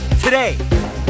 today